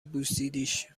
بوسیدیش